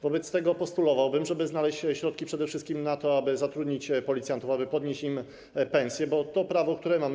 Wobec tego postulowałbym, żeby znaleźć środki przede wszystkim na to, aby zatrudnić policjantów, aby podnieść im pensje, bo to prawo, które mamy.